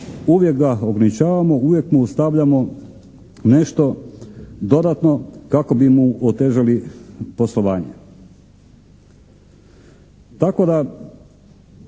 uvijek ga ograničavamo, uvijek mu ostavljamo nešto dodatno kako bi mu otežali poslovanje.